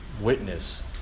witness